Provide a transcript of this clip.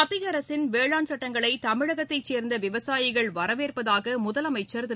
மத்திய அரசின் வேளாண் சுட்டங்களை தமிழகத்தை சேர்ந்த விவசாயிகள் வரவேற்பதாக முதலமைச்சர் திரு